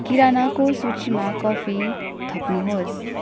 किरानाको सूचीमा कफी थप्नुहोस्